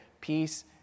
Peace